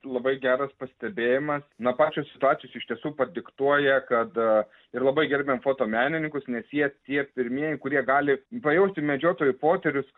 labai geras pastebėjimas na pačios situacijos iš tiesų padiktuoja kad ir labai gerbiam fotomenininkus nes jie tie pirmieji kurie gali pajausti medžiotojų potyrius